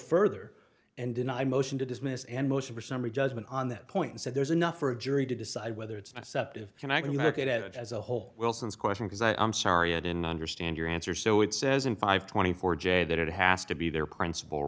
further and deny motion to dismiss and motion for summary judgment on that point so there's enough for a jury to decide whether it's accepted and i can look at it as a whole wilson's question because i'm sorry i didn't understand your answer so it says in five twenty four j that it has to be their principal